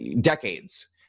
decades